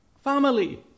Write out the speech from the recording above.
Family